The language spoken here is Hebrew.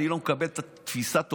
אני לא מקבל את תפיסת העולם.